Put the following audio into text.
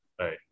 Right